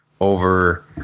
over